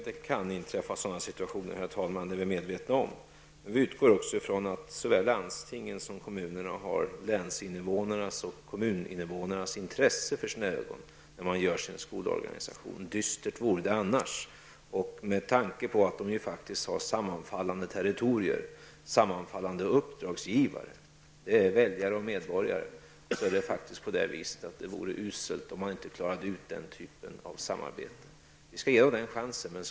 Herr talman! Vi är medvetna om att sådana situationer kan inträffa. Vi utgår emellertid ifrån att man såväl i landstingen som i kommunerna har länsinnevånarnas och kommuninnevånarnas intressen för sina ögon när man gör sin skolorganisation. Dystert vore det annars. Med tanke på att de har sammanfallande territorier och uppdragsgivare -- väljare och medborgare -- vore det uselt om de inte klarade av den typen av samarbete. Vi skall ge dem den chansen.